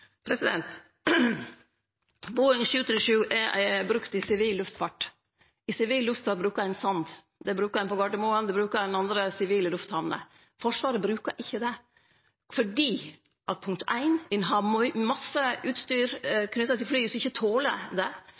er brukt i sivil luftfart. I sivil luftfart brukar ein sand. Det brukar ein på Gardermoen, det brukar ein på andre sivile lufthamner. Forsvaret brukar det ikkje fordi 1), ein har masse utstyr knytt til flya som ikkje toler det,